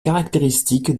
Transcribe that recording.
caractéristiques